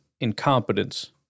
incompetence